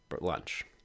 lunch